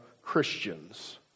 Christians